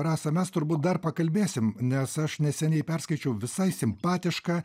rasa mes turbūt dar pakalbėsim nes aš neseniai perskaičiau visai simpatišką